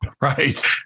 Right